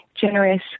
generous